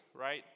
right